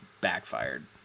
backfired